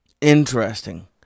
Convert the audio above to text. Interesting